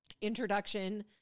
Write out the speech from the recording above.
introduction